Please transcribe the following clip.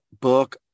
book